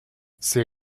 c’est